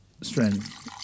strength